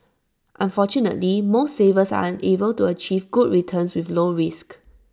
unfortunately most savers are unable to achieve good returns with low risk